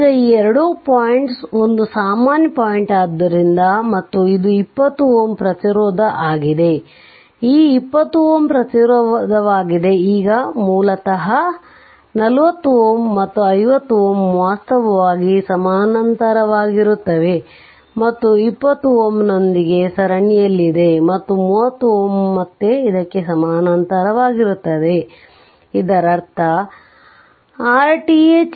ಈಗ ಈ ಎರಡು ಪಾಯಿಂಟ್ಸ್ ಒಂದು ಸಾಮಾನ್ಯ ಪಾಯಿಂಟ್ ಆದ್ದರಿಂದ ಮತ್ತು ಇದು 20Ω ಪ್ರತಿರೋಧಆಗಿದೆ ಈ 20 Ω ಪ್ರತಿರೋಧವಾಗಿದೆ ಈಗ ಮೂಲತಃ ಈ 40Ω ಮತ್ತು 50Ω ವಾಸ್ತವವಾಗಿ ಸಮಾನಾಂತರವಾಗಿರುತ್ತವೆ ಮತ್ತು 20Ω ನೊಂದಿಗೆ ಸರಣಿಯಲ್ಲಿದೆ ಮತ್ತು 30Ω ಮತ್ತೆ ಇದಕ್ಕೆ ಸಮಾನಾಂತರವಾಗಿರುತ್ತದೆ ಇದರರ್ಥ Rth40||5020||3022813Ω